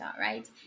right